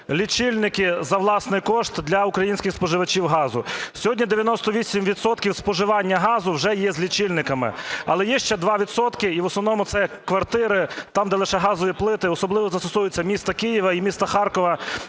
лічильники за власний кошт для українських споживачів газу. Сьогодні 98 відсотків споживання газу вже є з лічильниками, але є ще 2 відсотки, і в основному це квартири, там, де лише газові плити, особливо це стосується міста Києва і міста Харкова,